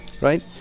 right